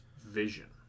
vision